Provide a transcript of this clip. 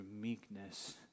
meekness